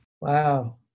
wow